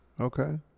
Okay